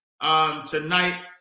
tonight